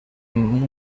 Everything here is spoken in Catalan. amb